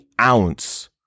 ounce